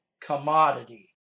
commodity